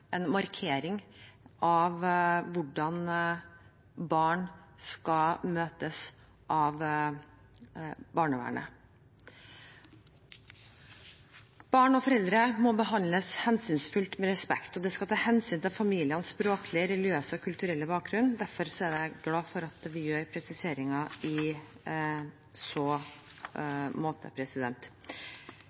markering av hvordan barn skal møtes av barnevernet. Barn og foreldre må behandles hensynsfullt og med respekt, og det skal tas hensyn til familienes språklige, religiøse og kulturelle bakgrunn. Derfor er jeg glad for at vi gjør presiseringer i så måte.